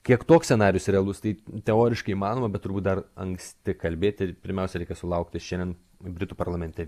kiek toks scenarijus realus tai teoriškai įmanoma bet turbūt dar anksti kalbėti ir pirmiausia reikia sulaukti šiandien britų parlamente vyksiančio balsavimo dėl breksito išstojimo sąlygų